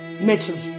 mentally